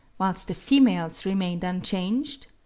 whilst the females remained unchanged?